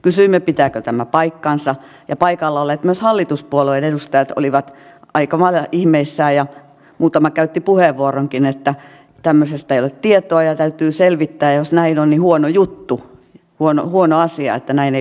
kysyimme pitääkö tämä paikkansa paikalla olleet myös hallituspuolueiden edustajat olivat aika lailla ihmeissään ja muutama käytti puheenvuoronkin että tämmöisestä ei ole tietoa ja täytyy selvittää ja jos näin on niin huono juttu huono asia näin ei pitäisi käydä